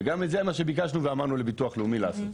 וגם זה מה שביקשנו ואמרנו לביטוח לאומי לעשות.